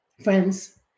Friends